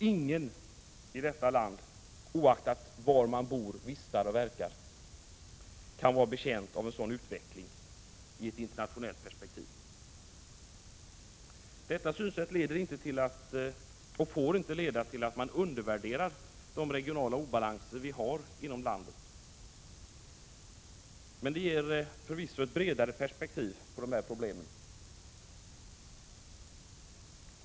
Ingen i detta land, oaktat var man bor, vistas och verkar, kan vara betjänt av en sådan utveckling i ett internationellt perspektiv. Detta synsätt leder inte till eller får inte leda till att man undervärderar de regionala obalanser som vi har inom landet. Men det ger förvisso ett bredare perspektiv på problemen.